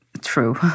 True